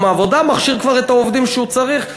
העבודה מכשיר כבר את העובדים שהוא צריך,